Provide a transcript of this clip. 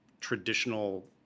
traditional